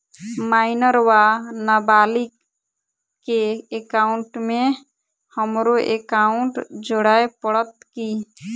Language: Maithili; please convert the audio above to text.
माइनर वा नबालिग केँ एकाउंटमे हमरो एकाउन्ट जोड़य पड़त की?